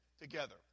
together